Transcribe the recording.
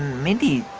mindy,